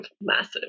massive